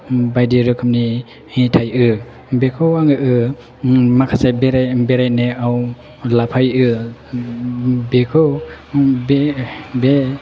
बायदि रोखोमनि थायो बेखौ आङो माखासे बेरायनायाव लाफायो बेखौ